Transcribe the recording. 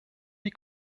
die